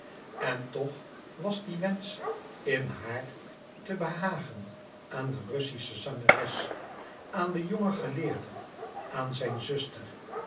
en tch was die wensch in haar te behagen aan de russische zangeres aan den jongen geleerde aan zijn zuster